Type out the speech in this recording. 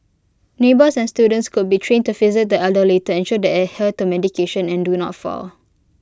neighbours and students could be trained to visit the elderly to ensure they adhere to medication and do not fall